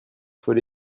faut